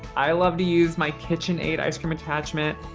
i love to use my kitchenaid ice cream attachment.